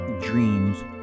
dreams